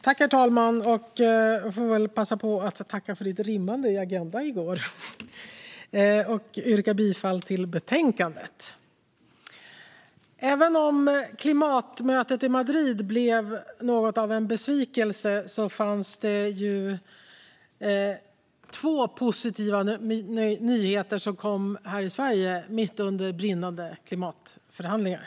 Herr talman! Jag får passa på att tacka för ditt rimmande i Agenda i går! Jag yrkar bifall till utskottets förslag. Även om klimatmötet i Madrid blev något av en besvikelse kom det två positiva nyheter här i Sverige mitt under brinnande klimatförhandlingar.